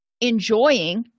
enjoying